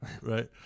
right